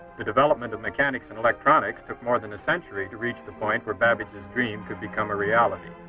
the development of mechanics and electronics took more than a century to reach the point where babbage's dream could become a reality.